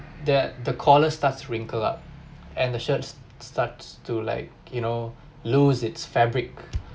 the the collar starts wrinkle up and the shirts starts to like you know lose its fabric